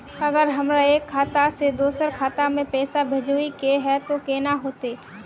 अगर हमरा एक खाता से दोसर खाता में पैसा भेजोहो के है तो केना होते है?